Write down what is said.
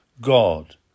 God